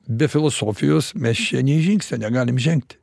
be filosofijos mes čia nei žingsnio negalim žengti